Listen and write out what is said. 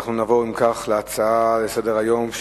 אנחנו נעבור, אם כך, להצעה לסדר-היום.